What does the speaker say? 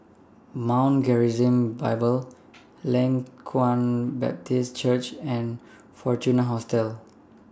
Mount Gerizim Bible Leng Kwang Baptist Church and Fortuna Hotel